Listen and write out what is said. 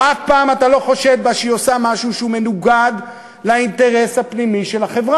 או אף פעם אתה לא חושד בה שהיא עושה משהו שמנוגד לאינטרס הפנימי שלה.